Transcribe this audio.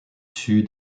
sud